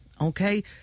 Okay